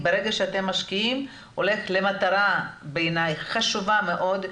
ברגע שאתם משקיעים הולך למטרה בעיניי חשובה מאוד,